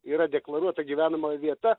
yra deklaruota gyvenamoji vieta